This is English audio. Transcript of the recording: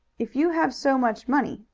if you have so much money,